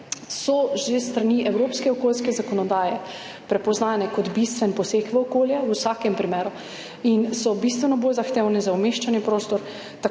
so že s strani evropske okoljske zakonodaje prepoznane kot bistven poseg v okolje, v vsakem primeru, in so bistveno bolj zahtevne za umeščanje v prostor,